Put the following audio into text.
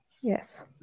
Yes